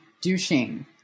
douching